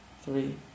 Three